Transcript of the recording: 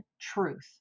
truth